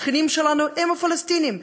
השכנים שלנו הם הפלסטינים,